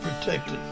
protected